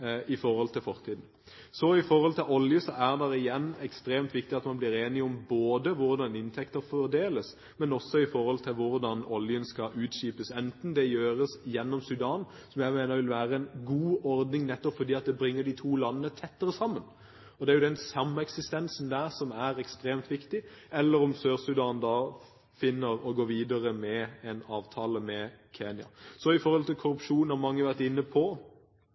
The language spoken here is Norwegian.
i fortiden. Når det gjelder olje, er det igjen ekstremt viktig at man blir enig om både hvordan inntekter fordeles, og hvordan oljen skal utskipes, enten det gjøres gjennom Sudan, som jeg mener vil være en god ordning, nettopp fordi det bringer de to landene tettere sammen – det er jo denne sameksistensen som er ekstremt viktig – eller om Sør-Sudan finner å gå videre med en avtale med Kenya. Når det gjelder korrupsjon, har mange vært inne på